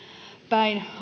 päin